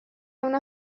una